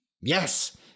Yes